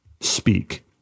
speak